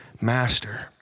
master